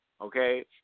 okay